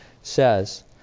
says